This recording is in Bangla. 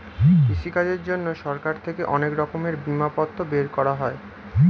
কৃষিকাজের জন্যে সরকার থেকে অনেক রকমের বিমাপত্র বের করা হয়